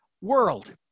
World